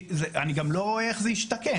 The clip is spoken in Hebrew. אני גם לא רואה איך זה ישתקם.